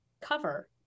cover